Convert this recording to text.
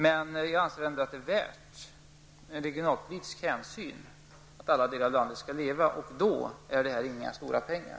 Men jag anser ändå att det är värt att ta regionalpolitiska hänsyn och att alla delar av landet skall leva. Och då är detta inte några stora pengar.